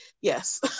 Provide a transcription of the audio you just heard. yes